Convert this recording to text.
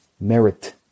merit